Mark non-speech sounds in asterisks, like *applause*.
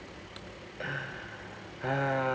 *noise*